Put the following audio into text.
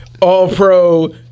All-Pro